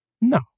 No